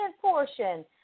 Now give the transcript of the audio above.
portion